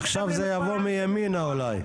עכשיו זה יבוא מימינה אולי.